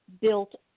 built